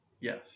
Yes